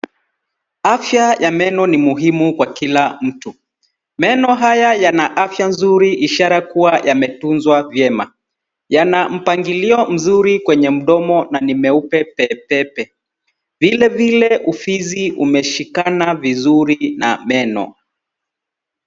Afya ya meno ni muhimu kwa kila mtu. Meno haya yana afya nzuri ishara kuwa yametunzwa vyema. Yana mpangilio mzuri kwenye mdomo na ni meupe pe pe pe. Vile vile ufizi umeshikana vizuri na meno.